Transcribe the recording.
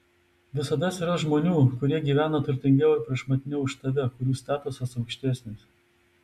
visada atsiras žmonių kurie gyvena turtingiau ir prašmatniau už tave kurių statusas aukštesnis